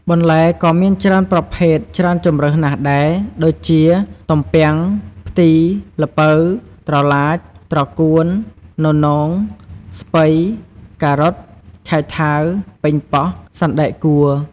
បន្លែក៏មានច្រើនប្រភេទច្រើនជម្រើសណាស់ដែរ ដូចជា ទំពាំង ផ្ទី ល្ពៅ ត្រឡាច ត្រកួន ននោង ស្ពៃ ការ៉ុត ឆៃថាវ ប៉េងប៉ោះ សណ្តែកគួរ។